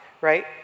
right